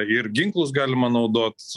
ir ginklus galima naudot